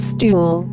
Stool